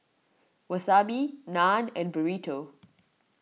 Wasabi Naan and Burrito